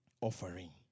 offering